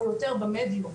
או יותר במדיות,